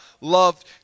loved